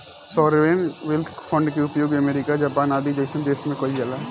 sovereign wealth fund के उपयोग America Japan आदि जईसन देश में कइल जाला